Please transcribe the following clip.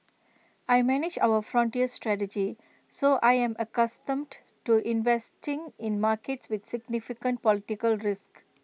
I manage our frontier strategy so I am accustomed to investing in markets with significant political risk